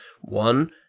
one